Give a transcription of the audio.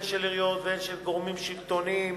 הן של עיריות והן של גורמים שלטוניים